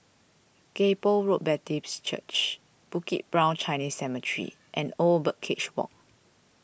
Kay Poh Road Baptist Church Bukit Brown Chinese Cemetery and Old Birdcage Walk